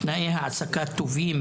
תנאי העסקה טובים,